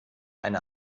eine